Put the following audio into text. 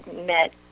met